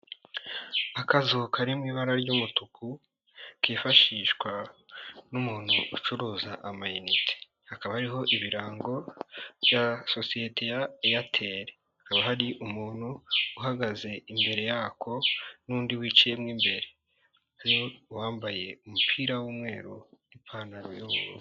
Akazu kari mu ibara ry'umutuku kifashishwa n'umuntu ucuruza amayinite, hakaba hariho ibirango bya sosiyete ya Eyateli, hakaba hari umuntu uhagaze imbere yako n'undi wicayemo imbere wambaye umupira w'umweru n'ipantaro y'ubururu.